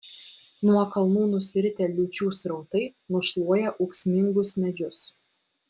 nuo kalnų nusiritę liūčių srautai nušluoja ūksmingus medžius